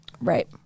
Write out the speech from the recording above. Right